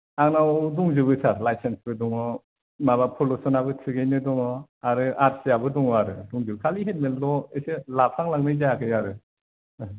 आंनाव दंजोबो सार लाइसेन्सबो दङ माबा पलिउसनाबो थिगैनो दङ आरो आर सि आबो दङ आरो खिन्थु खालि हेलमेटल' इसे लाफालांनाय जायाखै आरो